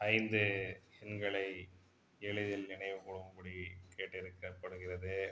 ஐந்து உங்களை எளிதில் நினைவு கூறும்படி கேட்டிருக்கப்படுகிறது